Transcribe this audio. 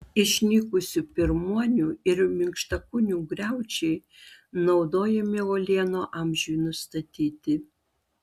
išnykusių pirmuonių ir minkštakūnių griaučiai naudojami uolienų amžiui nustatyti